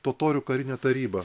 totorių karinė taryba